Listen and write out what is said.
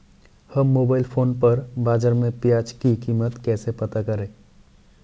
हम mobile phone पर बाज़ार में प्याज़ की कीमत कैसे पता करें?